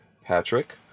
Patrick